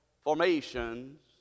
formations